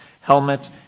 helmet